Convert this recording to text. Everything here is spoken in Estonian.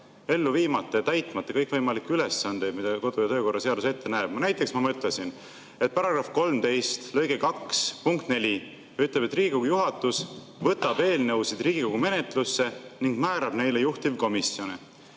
ellu viimata ja täitmata kõikvõimalikke ülesandeid, mida kodu- ja töökorra seadus ette näeb. Näiteks ma mõtlesin, et kui § 13 lõike 2 punkt 4 ütleb, et Riigikogu juhatus võtab eelnõusid Riigikogu menetlusse ning määrab neile juhtivkomisjone,